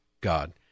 God